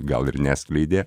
gal ir neskleidė